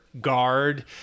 guard